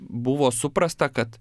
buvo suprasta kad